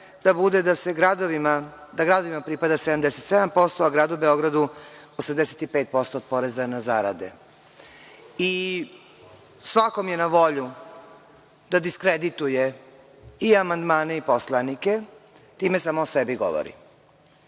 da bude da gradovima pripada 77%, a gradu Beogradu 85% od poreza na zarade. Svakom je na volju da diskredituje i amandmane i poslanike, time samo o sebi govori,